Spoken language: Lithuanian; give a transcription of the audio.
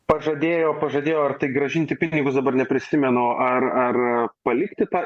pažadėjo pažadėjo grąžinti pinigus dabar neprisimenu ar ar palikti tą